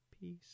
Peace